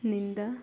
ನಿಂದ